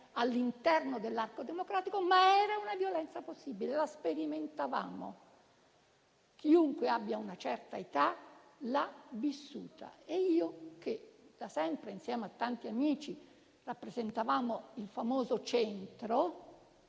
all'interno dell'arco democratico, ma era una violenza possibile, la sperimentavamo: chiunque abbia una certa età l'ha vissuta e noi, che da sempre insieme a tanti amici rappresentavamo il famoso Centro,